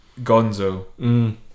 Gonzo